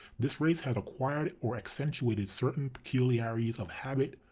this race had acquired or accentuated certain peculiarities of habit,